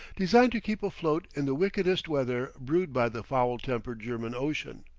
designed to keep afloat in the wickedest weather brewed by the foul-tempered german ocean.